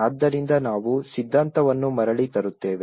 ಆದ್ದರಿಂದ ನಾವು ಸಿದ್ಧಾಂತವನ್ನು ಮರಳಿ ತರುತ್ತೇವೆ